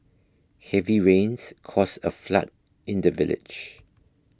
heavy rains caused a flood in the village